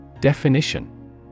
Definition